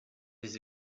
his